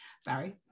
Sorry